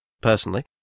personally